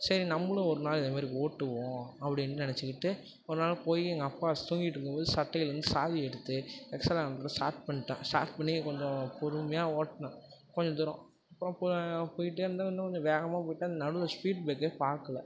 சரி நம்பளும் ஒரு நாள் இதே மாரி ஓட்டுவோம் அப்படின்னு நெனைச்சிக்கிட்டு ஒரு நாள் போய் எங்கள் அப்பா தூங்கிட்டிருக்கும்போது சட்டைலேருந்து சாவியை எடுத்து எக்ஸலை நான் ஸ்டார்ட் பண்ணிட்டேன் ஸ்டார்ட் பண்ணி கொஞ்சம் பொறுமையாக ஓட்டினேன் கொஞ்சம் தூரம் அப்புறம் போய் போயிகிட்டே இருந்தேன் இன்னும் கொஞ்சம் வேகமாக போயிவிட்டேன் நடுவில் ஸ்பீட் ப்ரேக்கர் பார்க்கல